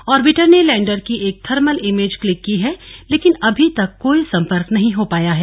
orbiter ने lander की एक थर्मल इमेज क्लिक की है लेकिन अभी तक कोई संपर्क नहीं हो पाया है